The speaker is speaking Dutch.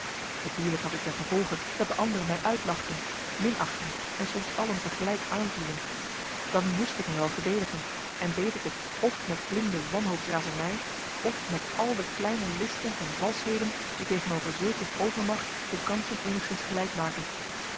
natuurlijk had dit ten gevolge dat de anderen mij uitlachten minachtten en soms allen tegelijk aanvielen dan moest ik me wel verdedigen en deed ik het f met blinde wanhoopsrazernij f met al de kleine listen en valschheden die tegenover zulk een overmacht de kansen eenigszins gelijkmaken